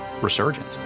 resurgence